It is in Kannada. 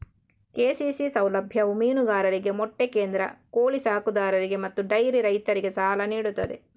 ಕೆ.ಸಿ.ಸಿ ಸೌಲಭ್ಯವು ಮೀನುಗಾರರಿಗೆ, ಮೊಟ್ಟೆ ಕೇಂದ್ರ, ಕೋಳಿ ಸಾಕುದಾರರಿಗೆ ಮತ್ತು ಡೈರಿ ರೈತರಿಗೆ ಸಾಲ ನೀಡುತ್ತದೆ